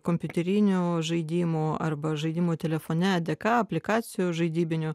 kompiuterinio žaidimo arba žaidimų telefone dėka aplikacijų žaidybinių